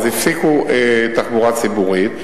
אז הפסיקו תחבורה ציבורית,